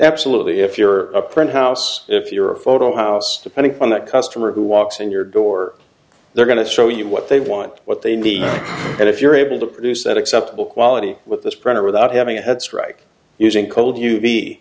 absolutely if you're a print house if you're a photo house depending on that customer who walks in your door they're going to show you what they want what they need and if you're able to produce that acceptable quality with this printer without having a head strike using cold